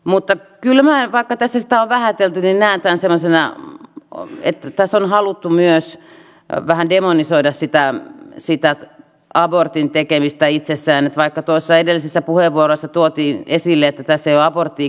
mutta kyllä minä vaikka tässä sitä on vähätelty näen tämän semmoisena että tässä on haluttu myös vähän demonisoida abortin tekemistä itsessään vaikka edellisessä puheenvuorossa tuotiin esille että tässä ei olla aborttia kieltämässä